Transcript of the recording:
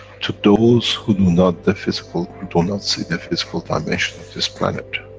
to those who do not the physical, who do not see the physical dimension of this planet,